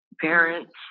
parents